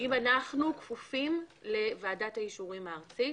אם אנחנו כפופים לוועדת האישורים הארצית.